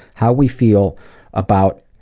how we feel about